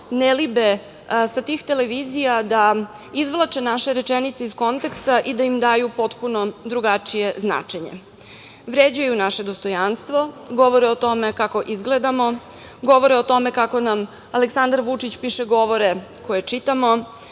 ne libe sa tih televizija da izvlače naše rečenice iz konteksta i da im daju potpuno drugačije značenje. Vređaju naše dostojanstvo, govore o tome kako izgledamo, govore o tome kako nam Aleksandar Vučić piše govore koje čitamo.